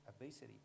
obesity